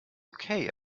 okay